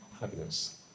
Happiness